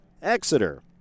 Exeter